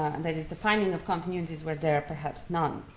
and that is the finding of continuities where there perhaps none.